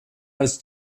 als